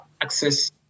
access